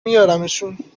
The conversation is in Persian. میارمشون